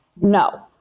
No